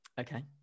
Okay